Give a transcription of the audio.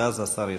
ואז השר ישיב.